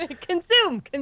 Consume